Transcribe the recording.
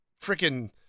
freaking